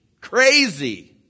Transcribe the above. Crazy